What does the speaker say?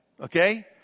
Okay